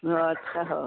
ଆଚ୍ଛା ହଉ